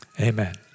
Amen